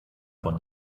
von